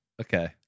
okay